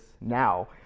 now